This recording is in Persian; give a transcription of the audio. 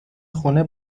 خونه